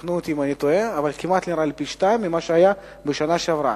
יתקנו אותי אם אני טועה, ממה שהיה בשנה שעברה.